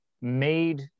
made